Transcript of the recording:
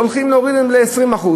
הולכים להוריד להם ל-20%.